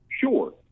sure